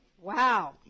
Wow